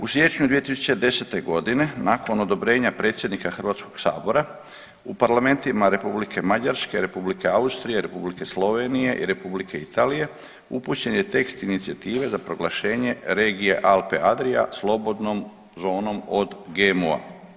U siječnju 2010. godine nakon odobrenja predsjednika Hrvatskog sabora u parlamentima Republike Mađarske, Republike Austrije, Republike Slovenije i Republike Italije upućen je tekst inicijative za proglašenje regije Alpe-Adria slobodnom zonom od GMO-a.